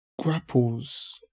grapples